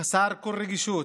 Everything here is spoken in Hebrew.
חסר כל רגישות.